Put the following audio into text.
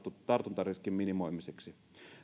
tartuntariskin minimoimiseksi